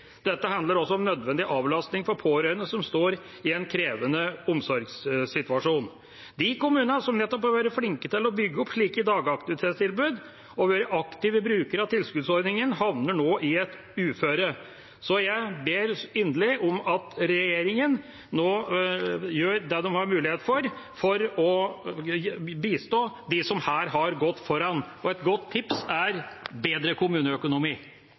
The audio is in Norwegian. Dette handler også om nødvendig avlastning for pårørende som står i en krevende omsorgssituasjon. De kommunene som har vært flinke til nettopp å bygge opp slike gode dagaktivitetstilbud, og som har vært aktive brukere av tilskuddsordningen, havner nå i et uføre. Jeg ber inderlig om at regjeringa nå gjør det de har mulighet til for å bistå dem som her har gått foran. Et godt tips er bedre kommuneøkonomi.